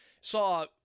saw